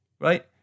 right